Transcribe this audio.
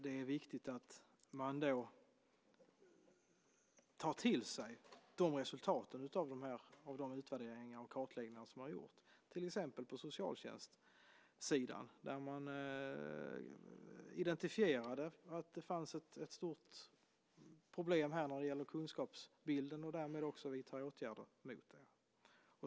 Det är viktigt att man tar till sig resultaten av de utvärderingar och kartläggningar som har gjorts, till exempel på socialtjänstsidan, där man identifierade att det fanns ett stort problem när det gäller kunskapsbilden, och därmed också vidtar åtgärder mot det.